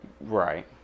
Right